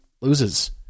loses